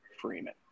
Freeman